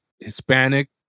hispanic